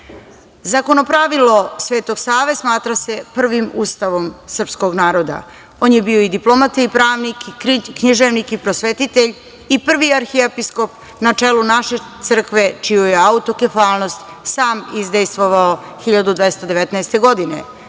državu.„Zakonopravilo“ Svetog Save smatra se prvim Ustavom srpskog naroda. On je bio i diplomata i pravnik, književnik i prosvetitelj i prvi arhiepiskop na čelu naše crkve, čiju je autokefalnost sam izdejstvovao 1219. godine,